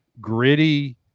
gritty